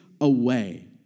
away